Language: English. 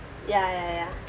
ya ya ya